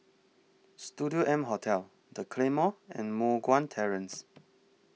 Studio M Hotel The Claymore and Moh Guan Terrace